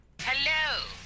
Hello